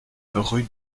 rue